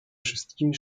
wszystkimi